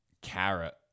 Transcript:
Carrot